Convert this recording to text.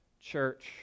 Church